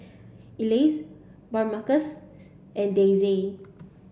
Elease Damarcus and Daisey